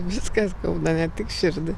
viską skauda ne tik širdį